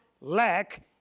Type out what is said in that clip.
lack